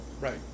Right